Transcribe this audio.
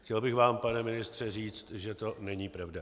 Chtěl bych vám, pane ministře, říct, že to není pravda.